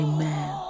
Amen